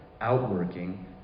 outworking